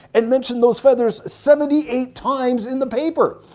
and mention those feathers seventy eight times in the paper?